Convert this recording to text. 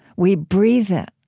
we breathe it.